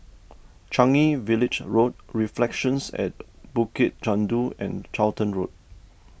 Changi Village Road Reflections at Bukit Chandu and Charlton Road